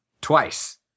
twice